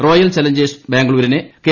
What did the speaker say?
royal challengers ബാംഗ്ലൂരിനെ K